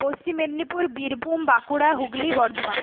Paschim Medinipur Birbhum Bankura Hooghly Bardhaman